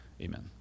amen